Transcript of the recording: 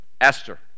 Esther